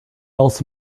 else